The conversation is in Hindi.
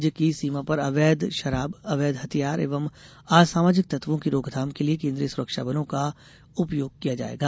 राज्य की सीमा पर अवैध शराब अवैध हथियार एवं असामाजिक तत्वों की रोकथाम के लिये केन्द्रीय सुरक्षा बलों का उपयोग किया जाएगा